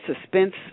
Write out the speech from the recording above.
suspense